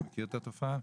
מכיר את התופעה?